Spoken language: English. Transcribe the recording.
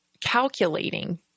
calculating